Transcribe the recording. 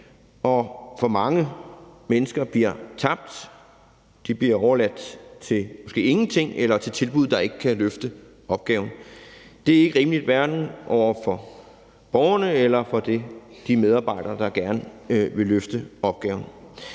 og for mange mennesker bliver tabt. De bliver overladt til måske ingenting eller til tilbud, der ikke kan løfte opgaven, og det er ikke rimeligt hverken over for borgerne eller over for de medarbejdere, der gerne vil løfte opgaven.